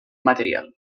material